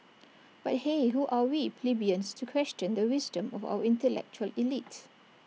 but hey who are we plebeians to question the wisdom of our intellectual elite